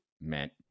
meant